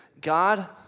God